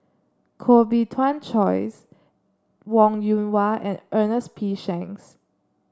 Koh Bee Tuan Joyce Wong Yoon Wah and Ernest P Shanks